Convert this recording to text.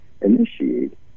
initiate